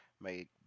make